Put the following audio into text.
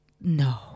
no